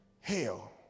hell